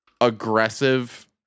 aggressive